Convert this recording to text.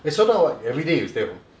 eh so now what everyday you stay at home